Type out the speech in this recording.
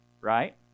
Right